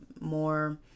more